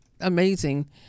amazing